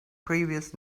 previous